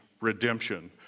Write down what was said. redemption